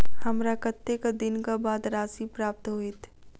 हमरा कत्तेक दिनक बाद राशि प्राप्त होइत?